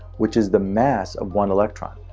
which is the mass of one electron.